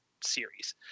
series